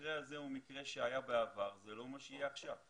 המקרה הזה הוא מקרה שהיה בעבר וזה לא מה שיהיה עכשיו.